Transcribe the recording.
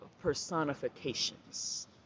personifications